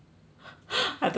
I don't know why